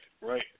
right